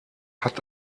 hat